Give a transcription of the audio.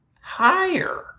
Higher